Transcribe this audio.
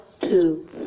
two